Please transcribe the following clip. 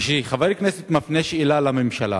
כשחבר כנסת מפנה שאלה לממשלה,